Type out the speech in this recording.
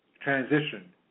Transition